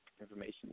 information